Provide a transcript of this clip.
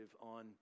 on